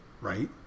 right